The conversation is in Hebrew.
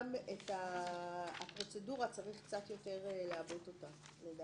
לדעתי גם את הפרוצדורה, צריך קצת יותר לעבות אותה.